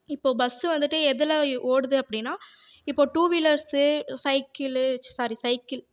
இப்போது பஸ் வந்துட்டு எதில் ஓடுது அப்படின்னா இப்போது டூவீலர்ஸ் சைக்கிள்ளு சாரி சைக்கிள்